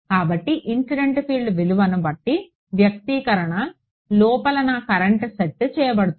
కాబట్టి incident field విలువను బట్టి వ్యక్తీకరణ లోపల నా కరెంట్ సెట్ చేయబడింది